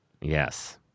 yes